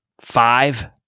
Five